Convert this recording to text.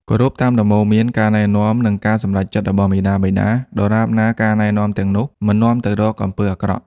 គោរពតាមដំបូន្មាន ការណែនាំ និងការសម្រេចចិត្តរបស់មាតាបិតា ដរាបណាការណែនាំទាំងនោះមិននាំទៅរកអំពើអាក្រក់។